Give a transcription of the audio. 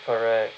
correct